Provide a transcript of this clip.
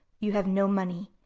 you have no money.